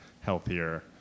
healthier